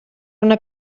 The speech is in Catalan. una